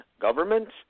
governments